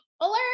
alert